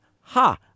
ha